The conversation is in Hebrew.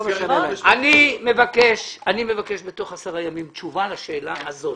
אני מבקש בתוך 10 ימים תשובה לשאלה הזאת.